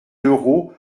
l’euro